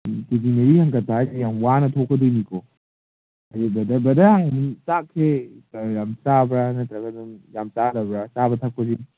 ꯀꯦ ꯖꯤ ꯃꯔꯤ ꯍꯦꯟꯒꯠꯄ ꯍꯥꯏꯁꯦ ꯌꯥꯝ ꯋꯥꯅ ꯊꯣꯛꯀꯗꯣꯏꯅꯤꯀꯣ ꯍꯥꯏꯗꯤ ꯕ꯭ꯔꯗꯔ ꯍꯥꯟꯅ ꯆꯥꯛꯁꯦ ꯌꯥꯝ ꯆꯥꯕ꯭ꯔꯥ ꯅꯠꯇ꯭ꯔꯒ ꯁꯨꯝ ꯌꯥꯝ ꯆꯥꯗꯕ꯭ꯔꯥ ꯆꯥꯕ ꯊꯛꯄꯗꯤ